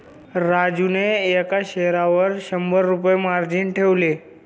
राजूने एका शेअरवर शंभर रुपये मार्जिन ठेवले